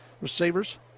receivers